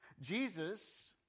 Jesus